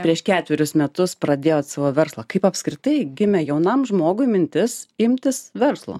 prieš ketverius metus pradėjot savo verslą kaip apskritai gimė jaunam žmogui mintis imtis verslo